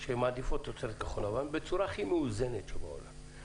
שמעדיפות תוצרת כחול לבן בצורה הכי מאוזנת שבעולם.